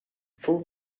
full